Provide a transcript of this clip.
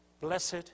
Blessed